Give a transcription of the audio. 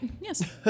Yes